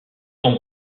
son